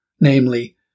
namely